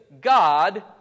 God